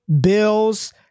bills